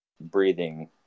breathing